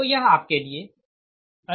तो यह आपके लिए अधिक महत्वपूर्ण है